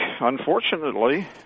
unfortunately